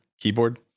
keyboard